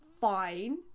fine